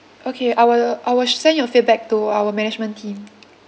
okay I will I will send your feedback to our management team